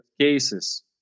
cases